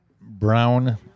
brown